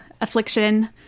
affliction